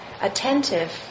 attentive